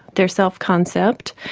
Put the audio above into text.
their self concept,